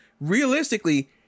realistically